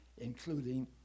including